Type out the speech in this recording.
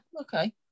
okay